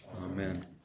Amen